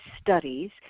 studies